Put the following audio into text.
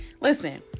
Listen